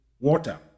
water